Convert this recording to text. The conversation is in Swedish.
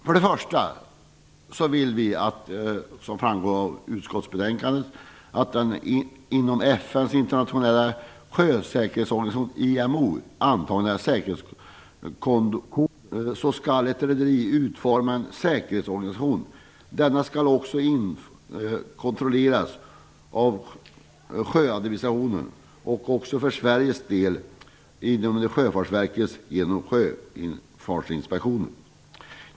För det första vill vi, vilket framgår av utskottsbetänkandet, att den inom FN:s internationella sjösäkerhetsorganisation IMO antagna säkerhetskoden, ISM, införlivas i svensk rätt. Det framhålls i propositionen och också i utskottsbetänkandet att ISM-koden syftar till att uppnå en säker sjöfart som skydd för människor, miljö och egendom. Enligt koden skall ett rederi utforma en säkerhetsorganisation. Denna skall också kontrolleras av sjöadministrationen. För Sveriges del är det Sjöfartsverket genom Sjöfartsinspektionen.